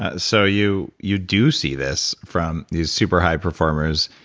ah so you you do see this from these super high performers,